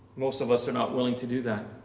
most of us are not willing to do that.